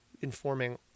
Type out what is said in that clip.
informing